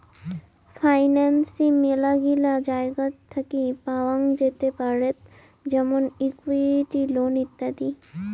financing মেলাগিলা জায়গাত থাকি পাওয়াঙ যেতে পারেত যেমন ইকুইটি, লোন ইত্যাদি